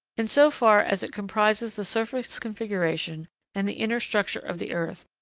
in so far as it comprises the surface configuration and the inner structure of the earth,